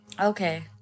Okay